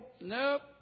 Nope